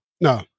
No